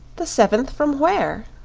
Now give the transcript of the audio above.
the seventh from where?